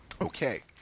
Okay